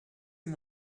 این